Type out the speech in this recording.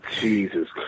Jesus